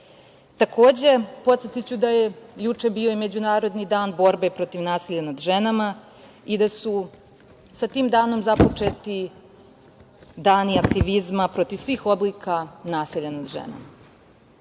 podsetiću da je juče bio i Međunarodni dan borbe protiv nasilja nad ženama i da su sa tim danom započeti dani aktivizma protiv svih oblika nasilja nad ženama.